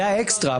זה האקסטרה,